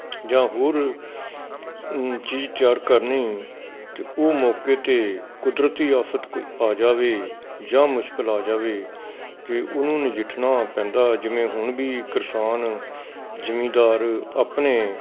ਜਾਂ ਹੋਰ ਚੀਜ਼ ਤਿਆਰ ਕਰਨੀ ਅਤੇ ਉਹ ਮੌਕੇ 'ਤੇ ਕੁਦਰਤੀ ਆਫਤ ਕੋਈ ਆ ਜਾਵੇ ਜਾਂ ਮੁਸ਼ਕਲ ਆ ਜਾਵੇ ਕਿ ਉਹਨੂੰ ਨਜਿੱਠਣਾ ਪੈਂਦਾ ਜਿਵੇਂ ਹੁਣ ਵੀ ਕਿਸਾਨ ਜ਼ਿਮੀਦਾਰ ਆਪਣੇ